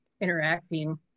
interacting